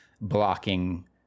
blocking